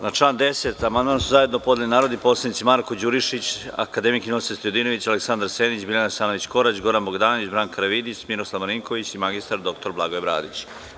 Na član 10. amandman su zajedno podneli narodni poslanici Marko Đurišić, akademik Ninoslav Stojadinović, Aleksandar Senić, Biljana Hasanović Korać, Goran Bogdanović, Branka Karavidić, Miroslav Marinković i mr. dr Blagoje Bradić.